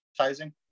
advertising